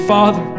Father